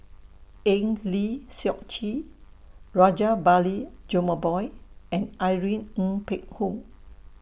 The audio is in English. Eng Lee Seok Chee Rajabali Jumabhoy and Irene Ng Phek Hoong